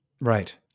Right